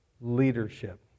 leadership